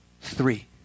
Three